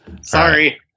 Sorry